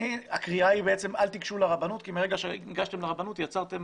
הקריאה היא בעצם אל תיגשו לרבנות כי מרגע שניגשתם לרבנות יצרתם